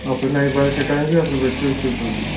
अपने ही बाल कटाएंगे कि अपने बच्चे उच्चे के भी